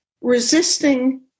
resisting